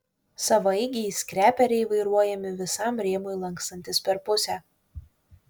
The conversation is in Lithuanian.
savaeigiai skreperiai vairuojami visam rėmui lankstantis per pusę